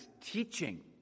teaching